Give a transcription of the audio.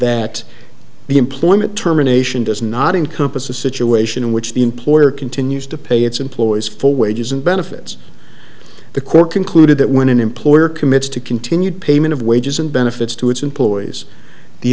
that the employment terminations does not encompass a situation in which the employer continues to pay its employees full wages and benefits the court concluded that when an employer commits to continued payment of wages and benefits to its employees the